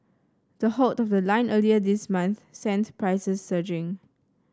the halt of the line earlier this month sent prices surging